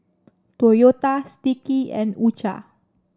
Toyota Sticky and U Cha